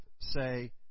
say